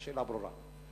השאלה ברורה.